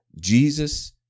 Jesus